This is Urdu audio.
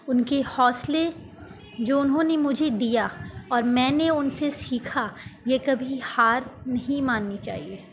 ان کے حوصلے جو انہوں نے مجھے دیا اور میں نے ان سے سیکھا یہ کبھی ہار نہیں ماننی چاہیے